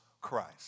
Christ